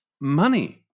money